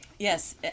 Yes